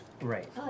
right